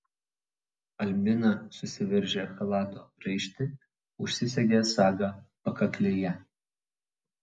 albina susiveržė chalato raištį užsisegė sagą pakaklėje